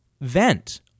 vent